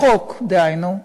החוק, דהיינו,